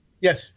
yes